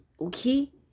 okay